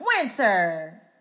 Winter